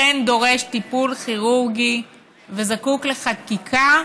אכן דורש טיפול כירורגי וזקוק לחקיקה,